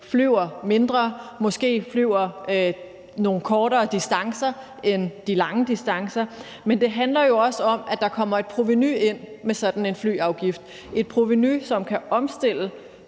flyver mindre og måske flyver nogle kortere distancer end de lange distancer, man flyver. Men det handler jo også om, at der kommer et provenu ind med sådan en flyafgift – et provenu, som kan omstille